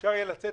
אפשר יהיה לצאת